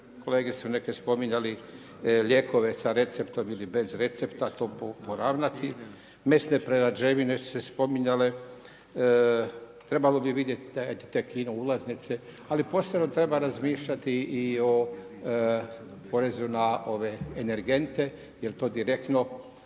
kolege su neki spominjali lijekove sa receptom ili bez recepta, to poravnati, mesne prerađevine su se spominjale, trebalo bi vidjeti te kino ulaznice, ali posebno treba razmišljati i o porezu na energente jer to direktno